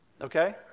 okay